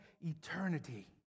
eternity